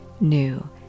new